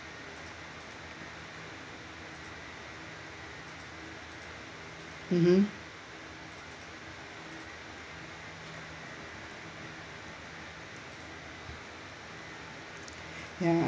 mmhmm ya